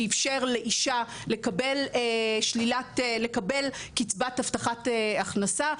שאפשר לאישה לקבל קצבת הבטחת הכנסה,